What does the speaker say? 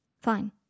Fine